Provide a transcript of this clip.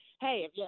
hey